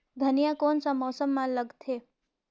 धनिया कोन सा मौसम मां लगथे?